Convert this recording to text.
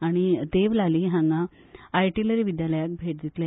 आनी देवलाली हांगासर आयटिलरी विद्यालयाक भेट दितले